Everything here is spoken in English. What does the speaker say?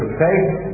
faith